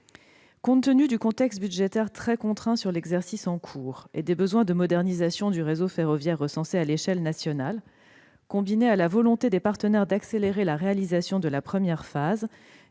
Compte tenu du contexte budgétaire très contraint sur l'exercice en cours et des besoins de modernisation du réseau ferroviaire recensés à l'échelle nationale, combinés à la volonté des partenaires d'accélérer la réalisation de la première phase,